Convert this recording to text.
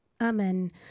Amen